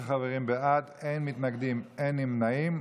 11 חברים בעד, אין מתנגדים, אין נמנעים.